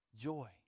joy